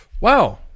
Wow